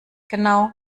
genau